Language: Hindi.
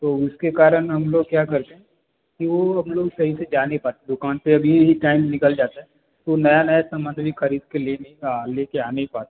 तो उसके कारण हम लोग क्या करते हैं कि वो हम लोग सही से जा नहीं पाते दुकान पर अभी ही टाइम निकल जाता है तो नया नया इतना मंथली ख़रीद के ले नहीं ले के आ नहीं पाते